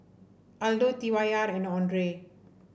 Aldo T Y R and Andre